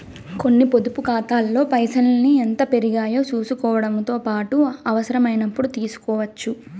కొన్ని పొదుపు కాతాల్లో పైసల్ని ఎంత పెరిగాయో సూసుకోవడముతో పాటు అవసరమైనపుడు తీస్కోవచ్చు